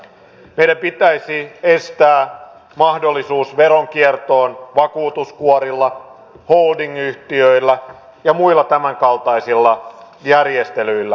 meidän pitäisi estää mahdollisuus veronkiertoon vakuutuskuorilla holdingyhtiöillä ja muilla tämänkaltaisilla järjestelyillä